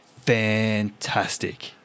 Fantastic